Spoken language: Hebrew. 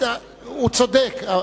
הוא צודק.